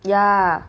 ya